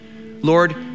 Lord